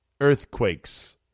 earthquakes